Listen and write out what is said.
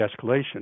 escalation